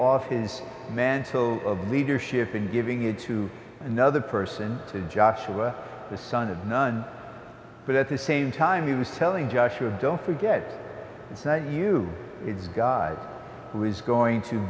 off his mantle of leadership and giving it to another person to joshua the son of nun but at the same time he was telling joshua don't forget it's not you guys who is going to